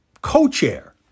co-chair